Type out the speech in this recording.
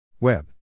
Web